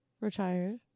Retired